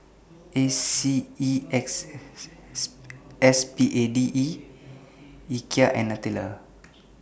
A C E X S P A D E Ikea and Nutella